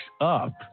up